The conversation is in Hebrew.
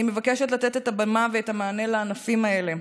אני מבקשת לתת את הבמה ואת המענה לענפים האלה,